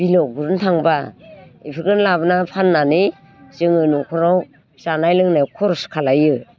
बिलोआव गुरनो थांबा बेफोरखोनो लाबोना फान्नानै जोङो नख'राव जानाय लोंनाय खर'स खालायो